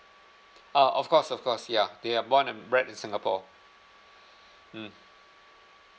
oh of course of course ya ya they are born and bred in singapore mm